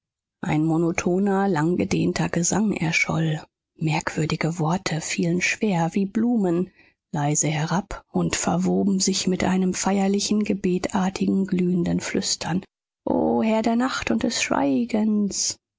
ein monotoner langgedehnter gesang erscholl merkwürdige worte fielen schwer wie blumen leise herab und verwoben sich mit einem feierlichen gebetartigen glühenden flüstern o herr der nacht und des schweigens